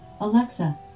Alexa